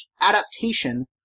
adaptation